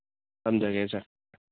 ꯊꯝꯖꯔꯒꯦ ꯁꯥꯔ